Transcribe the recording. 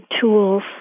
tools